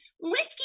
Whiskey